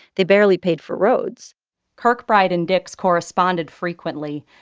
they barely paid for roads kirkbride and dix corresponded frequently,